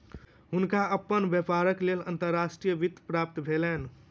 हुनका अपन व्यापारक लेल अंतर्राष्ट्रीय वित्त प्राप्त भेलैन